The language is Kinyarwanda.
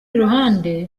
ruhande